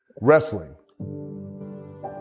Wrestling